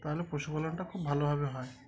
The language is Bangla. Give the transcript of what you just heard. তাহলে পশুপালনটা খুব ভালোভাবে হয়